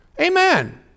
Amen